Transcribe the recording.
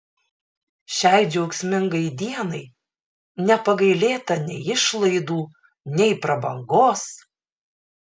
šiai džiaugsmingai dienai nepagailėta nei išlaidų nei prabangos